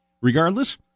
regardless